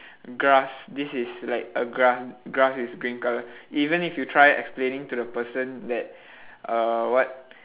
grass this is like a grass grass is green colour even if you try explaining to the person that uh what